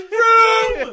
room